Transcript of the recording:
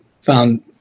found